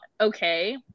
okay